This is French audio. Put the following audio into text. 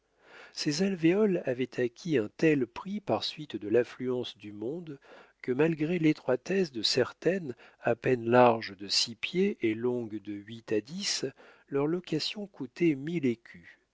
ces alvéoles avaient acquis un tel prix par suite de l'affluence du monde que malgré l'étroitesse de certaines à peine large de six pieds et longues de huit à dix leur location coûtait mille écus